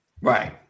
Right